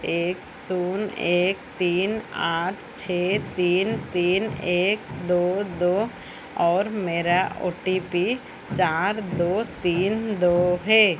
एक शून्य एक तीन आठ छः तीन तीन एक दो दो और मेरा ओ टि पी चार दो तीन दो है